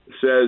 says